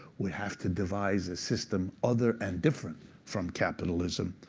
would have to devise a system other and different from capitalism,